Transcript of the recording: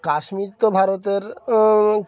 কাশ্মীর তো ভারতের